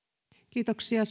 kiitoksia